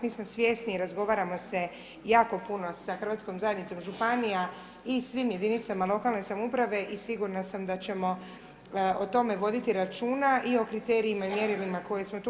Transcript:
Mi smo svjesni, razgovaramo se jako puno sa Hrvatskom zajednicom županija i svim jedinicama lokalne samouprave i sigurna sam da ćemo o tome voditi računa i o kriterijima i mjerilima koje smo tu